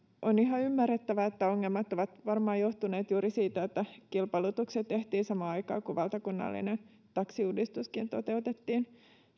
on ihan ymmärrettävää että ongelmat ovat varmaan johtuneet juuri siitä että kilpailutukset tehtiin samaan aikaan kuin valtakunnallinen taksiuudistuskin toteutettiin